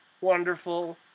wonderful